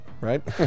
right